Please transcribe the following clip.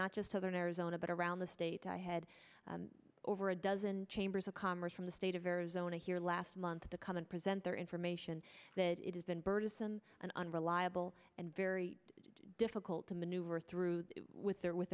not just southern arizona but around the state i had over a dozen chambers of commerce from the state of arizona here last month to come and present their information that it has been burdensome and unreliable and very difficult to maneuver through with their with